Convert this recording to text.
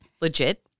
legit